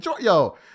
yo